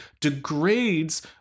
degrades